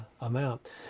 amount